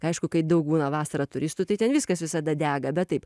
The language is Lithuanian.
aišku kai daug būna vasarą turistų tai ten viskas visada dega bet taip